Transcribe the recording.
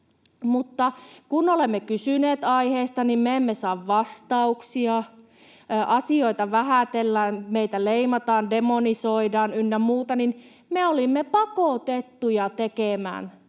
kun olemme kysyneet aiheesta, niin me emme saa vastauksia. Asioita vähätellään, meitä leimataan, demonisoidaan ynnä muuta, joten me olimme pakotettuja tekemään tämän